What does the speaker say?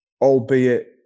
albeit